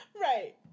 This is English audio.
Right